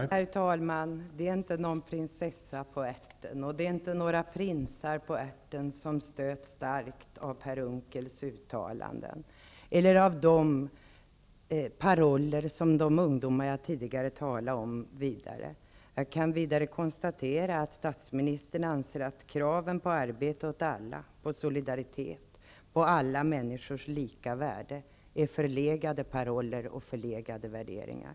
Herr talman! Det är inte några prinsessor och prinsar på ärten som har blivit mycket stötta av Per Unckels uttalande eller av de paroller som de ungdomar jag tidigare talade om hade. Jag kan vidare konstatera att statsministern anser att kraven på arbete åt alla, solidaritet och alla människors lika värde är förlegade paroller och värderingar.